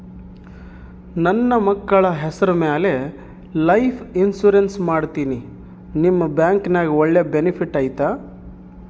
ನನ್ನ ಮಕ್ಕಳ ಹೆಸರ ಮ್ಯಾಲೆ ಲೈಫ್ ಇನ್ಸೂರೆನ್ಸ್ ಮಾಡತೇನಿ ನಿಮ್ಮ ಬ್ಯಾಂಕಿನ್ಯಾಗ ಒಳ್ಳೆ ಬೆನಿಫಿಟ್ ಐತಾ?